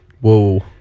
Whoa